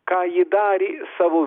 ką ji darė savo viduje